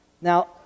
Now